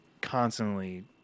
constantly